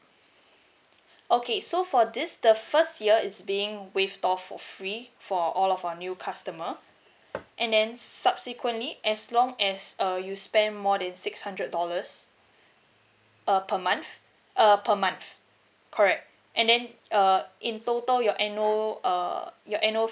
okay so for this the first year is being waived off for free for all of our new customer and then subsequently as long as err you spend more than six hundred dollars uh per month uh per month correct and then uh in total your annual uh your annual